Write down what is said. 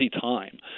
time